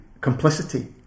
complicity